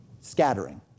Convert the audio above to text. scattering